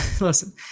Listen